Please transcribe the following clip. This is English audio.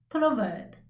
Proverb